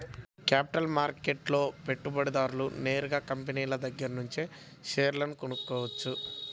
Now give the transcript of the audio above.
capital మార్కెట్లో పెట్టుబడిదారుడు నేరుగా కంపినీల దగ్గరనుంచే షేర్లు కొనుక్కోవచ్చు